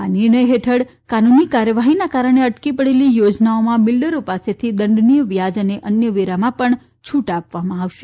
આ નિર્ણય હેઠળ કાનૂની કાર્યવાહીના કારણે અટકી પડેલી યોજનાઓમાં બીલ્ડરો પાસેથી દંડનીય વ્યાજ અને અન્ય વેરામાં પણ છુટ આપવામાં આવશે